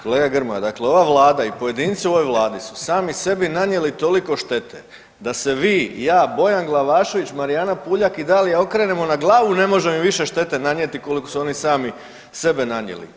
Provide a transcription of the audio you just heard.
Kolega Grmoja, dakle ova Vlada i pojedinci u ovoj Vladi su sami sebi nanijeli toliko štete da se vi, ja, Bojan Glavašević, Marijana Puljak i Dalija okrenemo na glavu ne možemo im više štete nanijeti koliko su oni sami sebi nanijeli.